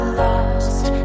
lost